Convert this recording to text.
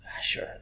sure